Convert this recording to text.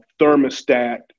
thermostat